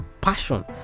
passion